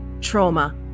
trauma